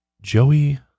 Joey